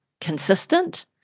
consistent